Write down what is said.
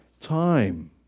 Time